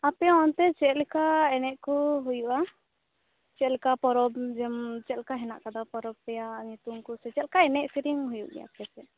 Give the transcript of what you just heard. ᱟᱯᱮ ᱚᱱᱛᱮ ᱪᱮᱫ ᱞᱮᱠᱟ ᱮᱱᱮᱡ ᱠᱚ ᱦᱩᱭᱩᱜᱼᱟ ᱪᱮᱫᱞᱮᱠᱟ ᱯᱚᱨᱚᱵᱽ ᱡᱮᱢ ᱪᱮᱜᱞᱮᱠᱟ ᱦᱮᱱᱟᱜ ᱟᱠᱟᱫᱟ ᱯᱚᱨᱚᱵᱽ ᱨᱮᱭᱟᱜ ᱧᱩᱛᱩᱢ ᱠᱚ ᱥᱮ ᱪᱮᱫᱠᱟ ᱮᱱᱮᱡ ᱥᱮᱨᱮᱧ ᱦᱩᱭᱩᱜ ᱜᱮᱭᱟ ᱟᱯᱮᱥᱮᱫ